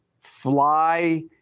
fly